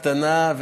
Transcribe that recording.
קטנה,